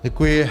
Děkuji.